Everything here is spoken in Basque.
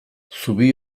zubi